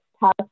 past